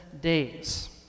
days